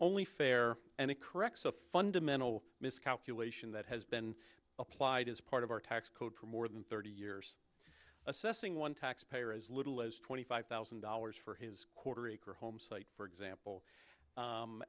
only fair and it corrects a fundamental miscalculation that has been applied as part of our tax code for more than thirty years assessing one taxpayer as little as twenty five thousand dollars for his quarter acre home site for example